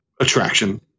attraction